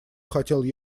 хотел